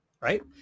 right